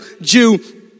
Jew